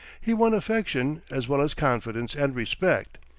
he won affection, as well as confidence and respect.